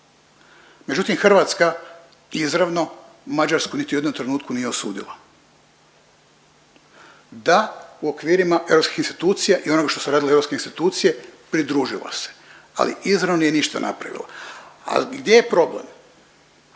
Međutim, Hrvatska izravno Mađarsku niti u jednom trenutku nije osudila, da u okvirima europskih institucija i onoga što su radile europske institucije pridružila se, ali izravno nije ništa napravila. Al gdje je problem?